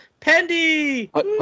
Pendy